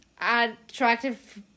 attractive